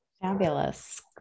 Fabulous